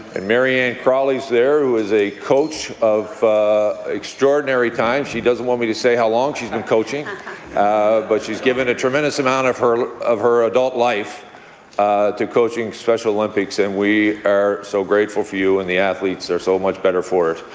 and mary ann crowley is there, who is a coach of an extraordinary time she doesn't want me to say how long she has been coaching but she has given a tremendous amount of her of her adult life to coaching special olympics. and we are so grateful for you, and the athletes are so much better for it.